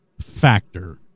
factor